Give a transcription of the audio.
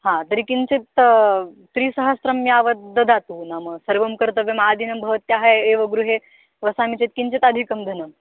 हा तर्हि किञ्चित् त्रिसहस्रं यावद् ददातु नाम सर्वं कर्तव्यमादिनं भवत्याः एव गृहे वसामि चेत् किञ्चिदधिकं धनम्